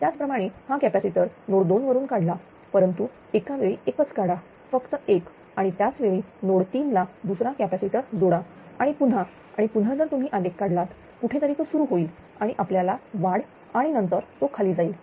त्याचप्रमाणे हा capacitor node 2 वरून काढला परंतु एकावेळी एकच काढा फक्त एक आणि त्याच वेळी नोड 3 ला दुसरा कॅपॅसिटर जोडा आणि पुन्हा आणि पुन्हा जर तुम्ही आलेख काढलात कुठेतरी तो सुरू होईल आणि आपल्याला वाढ आणि नंतर तो खाली जाईल